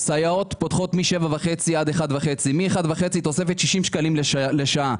סייעות פותחות מ-07:30 עד 13:30. מ-13:30 תוספת 60 שקלים לשעה.